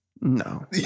no